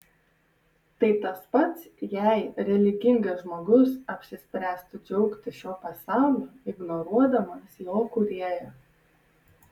tai tas pats jei religingas žmogus apsispręstų džiaugtis šiuo pasauliu ignoruodamas jo kūrėją